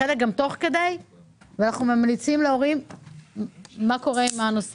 אנחנו שואלים מה קורה עם זה.